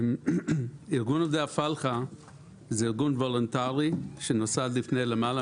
ארגון עובדי הפלחה זה ארגון וולונטרי שנוסד לפני למעלה